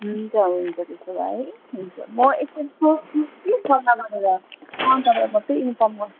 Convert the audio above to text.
हुन्छ हुन्छ त्यसो भए हुन्छ म एकपल्ट सोध्छु कि सल्लाह गरेर अनि तपाईँलाई बल्ल इन्फर्म गर्छु